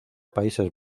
países